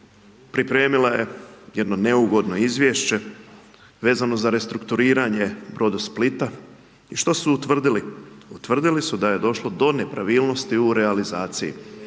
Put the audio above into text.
pripremila je jedno neugodno izvješće vezano za restrukturiranje Brodosplita. I što su utvrdili? Utvrdili su da je došlo do nepravilnosti u realizaciji.